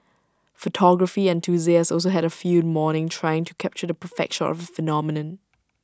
photography enthusiasts also had A field morning trying to capture the perfect shot of phenomenon